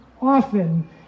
often